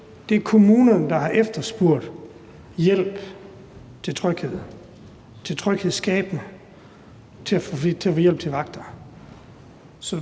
Det er kommunerne, der har efterspurgt hjælp til tryghed, til noget tryghedsskabende, til at få hjælp til vagter.